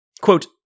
Quote